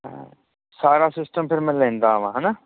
ਤਾਂ ਸਾਰਾ ਸਿਸਟਮ ਫਿਰ ਮੈਂ ਲੈਂਦਾ ਆਵਾਂ ਹੈ ਨਾ